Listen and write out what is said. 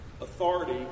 Authority